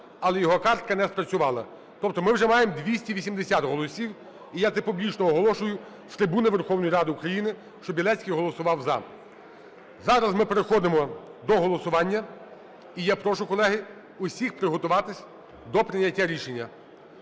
але його картка не спрацювала. Тобто ми вже маємо 280 голосів. І я це публічно оголошую з трибуни Верховної Ради України, що Білецький голосував "за". Зараз ми переходимо до голосування. І я прошу, колеги, усіх приготуватись до прийняття рішення.